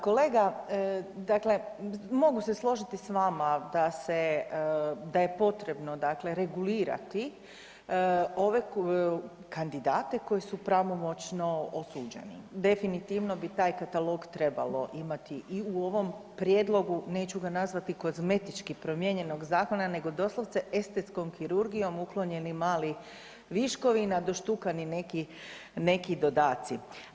Kolega, dakle mogu se složiti s vama da je potrebno regulirati ove kandidate koji su pravomoćno osuđeni, definitivno bi taj katalog trebalo imati i u ovom prijedlogu neću ga nazvati kozmetički promijenjenog zakona nego doslovce estetskom kirurgijom uklonjen je mali viškovi, nadoštukani neki dodaci.